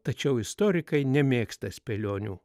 tačiau istorikai nemėgsta spėlionių